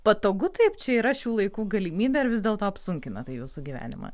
patogu taip čia yra šių laikų galimybė ar vis dėlto apsunkina tai jūsų gyvenimą